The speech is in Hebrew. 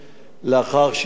יחד עם זאת,